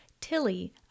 Tilly